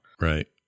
Right